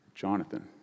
Jonathan